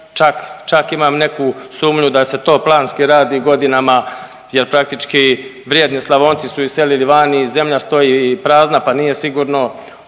Čak imam neku sumnju da se to planski radi godinama jer praktički vrijedni Slavonci su iselili vani, zemlja stoji prazna pa nije sigurno.